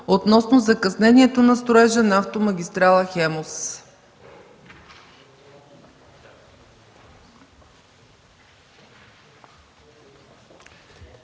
относно закъснението на строежа на автомагистрала „Хемус”.